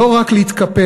לא רק להתקפד,